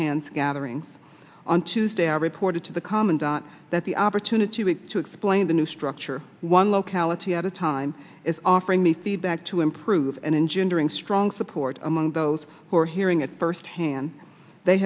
hands gathering on tuesday are reported to the commandant that the opportunity to explain the new structure one locality at a time is offering me feedback to improve and engendering strong support among those who are hearing it firsthand they